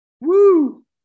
Woo